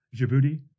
Djibouti